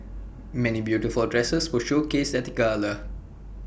many beautiful dresses were showcased at the gala